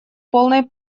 полной